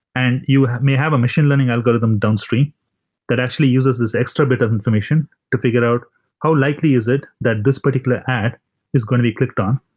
and you have may have a machine learning algorithm downstream that actually uses this extra bit of information to figure out how likely is it that this particular ad is going to be clicked on,